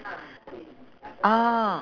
orh